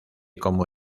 como